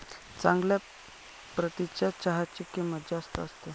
चांगल्या प्रतीच्या चहाची किंमत जास्त असते